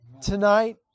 tonight